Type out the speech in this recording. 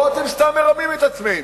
פה אתם סתם מרמים אותנו.